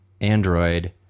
Android